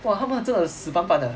!wah! 他们真的死板板的